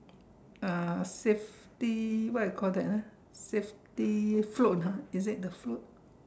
uh fifty what you call that ah fifty fruit or not is it the fruit